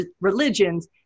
religions